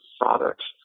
products